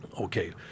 Okay